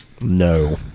No